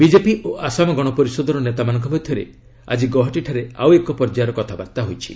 BJP ଓ ଆସାମ ଗଣପରିଷଦର ନେତାମାନଙ୍କ ମଧ୍ୟରେ ଆକ୍କି ଗୌହାଟୀଠାରେ ଆଉ ଏକ ପର୍ଯ୍ୟାୟରେ କଥାବାର୍ତ୍ତା ହୋଇଛି